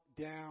down